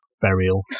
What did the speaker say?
burial